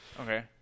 Okay